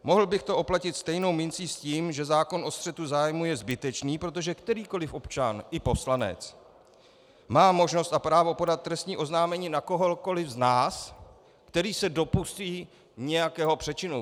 Mohl bych to oplatit stejnou mincí s tím, že zákon o střetu zájmů je zbytečný, protože kterýkoli občan, i poslanec, má možnost a právo podat trestní oznámení na kohokoli z nás, který se dopustí nějakého přečinu.